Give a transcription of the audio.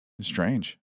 Strange